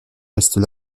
restent